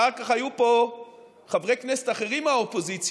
אחר כך היו פה חברי כנסת אחרים מהאופוזיציה